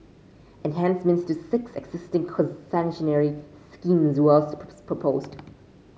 enhancements to six existing concessionary schemes were also proposed